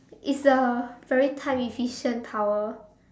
it's a very time efficient power